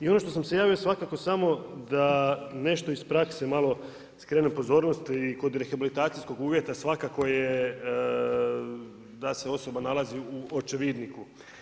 I ono što sam se javio svakako samo da nešto iz prakse malo skrenem pozornosti i kod rehabilitacijskog uvjeta, svakako je da se osoba nalazi u očevidniku.